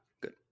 good